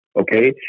okay